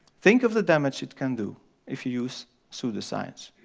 think of the damage it can do if you use pseudoscience.